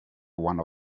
one